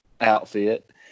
outfit